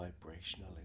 vibrational